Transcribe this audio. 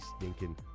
stinking